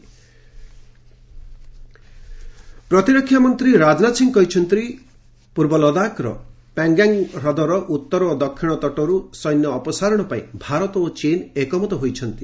Indo Chin ପ୍ରତିରକ୍ଷାମନ୍ତ୍ରୀ ରାଜନାଥ ସିଂ କହିଛନ୍ତି ପୂର୍ବ ଲଦାଖର ପ୍ୟାଙ୍ଗଙ୍ଗ୍ ହଦର ଉତ୍ତର ଓ ଦକ୍ଷିଣ ତଟର୍ ସୈନ୍ୟ ଅପସାରଣ ପାଇଁ ଭାରତ ଓ ଚୀନ ଏକମତ ହୋଇଛନ୍ତି